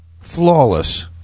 flawless